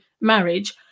marriage